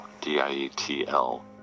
D-I-E-T-L